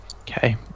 Okay